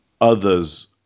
others